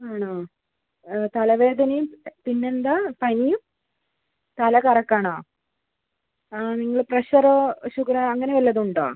ആണോ തലവേദനയും പിന്നെ എന്താണ് പനിയും തലകറക്കം ആണോ ആ നിങ്ങൾ പ്രഷറോ ഷുഗറോ അങ്ങനെ വല്ലതും ഉണ്ടോ